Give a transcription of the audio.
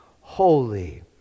Holy